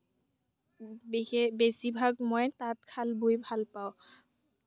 বেছিভাগ মই তাঁতশাল বৈ ভাল পাওঁ